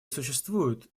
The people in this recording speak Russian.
существуют